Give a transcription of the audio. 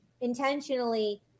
intentionally